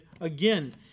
again